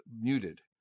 muted